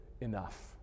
enough